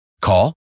Call